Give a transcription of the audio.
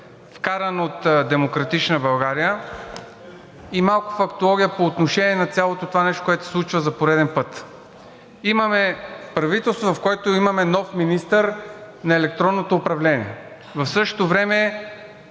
вкаран от „Демократична България“, и малко фактология по отношение на цялото това нещо, което се случва за пореден път. Имаме правителство, в което имаме нов министър на електронното управление. В същото време